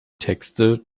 texte